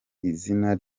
izina